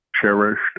cherished